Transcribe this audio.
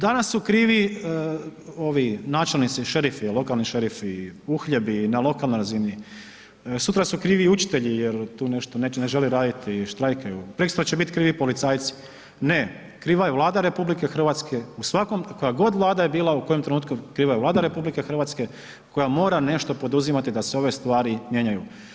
Danas su krivi ovi načelnici, šerifi, lokalni šerifi, uhljebi na lokalnoj razini, sutra su krivi učitelji jer tu nešto ne žele raditi, preksutra će biti krivi policajci, ne. kriva je Vlada RH, koja god Vlada je bila, u kojem trenutku, kriva je Vlada RH koja mora nešto poduzimati da se ove stvari mijenjaju.